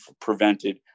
prevented